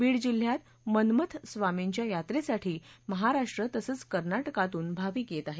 बीड जिल्ह्यांत मन्मथ स्वामींच्या यात्रेसाठी महाराष्ट्र तसंच कर्नाटकातून भाविक येत आहे